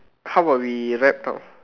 how about we wrap now